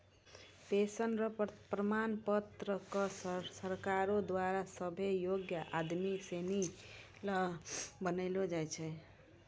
pension र प्रमाण पत्र क सरकारो द्वारा सभ्भे योग्य आदमी सिनी ल बनैलो जाय छै